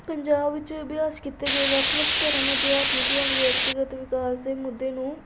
ਪੰਜਾਬ 'ਚ ਅਭਿਆਸ ਕੀਤੇ ਗਏ ਵੱਖ ਵੱਖ ਧਰਮ ਅਧਿਆਤਮਿਕ ਜਾਂ ਵਿਅਕਤੀਗਤ ਵਿਕਾਸ ਦੇ ਮੁੱਦੇ ਨੂੰ